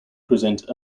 present